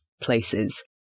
places